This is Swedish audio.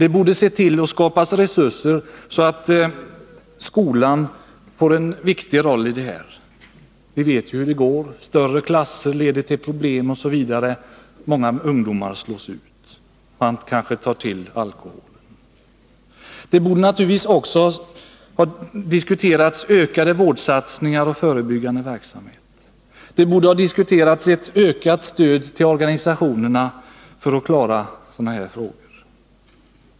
Man borde se till att skapa resurser för att ge skolan en viktig roll i detta sammanhang. Vi vet ju hur det går: alltför stora klasser leder till problem osv. Många ungdomar slås ut och hemfaller kanske till alkohol. Man borde naturligtvis också ha diskuterat ökade vårdinsatser och förebyggande verksamhet liksom ett ökat stöd till organisationerna så att de kan klara sådana här frågor.